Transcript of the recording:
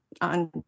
on